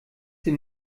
sie